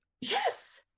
Yes